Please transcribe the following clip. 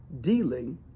dealing